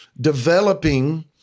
developing